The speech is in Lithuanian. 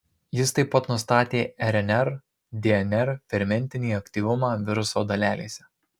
jis taip pat nustatė rnr dnr fermentinį aktyvumą viruso dalelėse